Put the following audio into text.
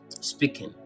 speaking